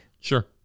Sure